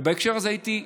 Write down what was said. ובהקשר הזה הייתי מציע,